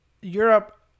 Europe